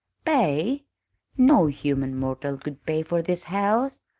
pay no human mortal could pay for this house!